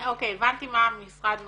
אוקיי, הבנתי מה המשרד נותן.